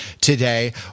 today